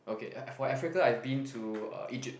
okay for for Africa I've been to uh Egypt